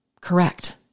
Correct